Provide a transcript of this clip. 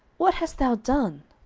what hast thou done?